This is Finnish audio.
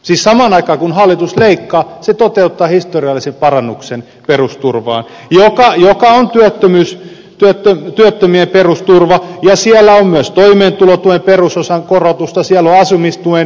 siis samaan aikaan kun hallitus leikkaa se toteuttaa historiallisen parannuksen perusturvaan joka on työttömien perusturva ja siellä on myös toimeentulotuen perusosan korotusta siellä on asumistuen tarkistuksia ja niin edespäin